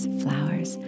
flowers